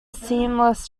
seamless